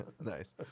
Nice